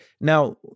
Now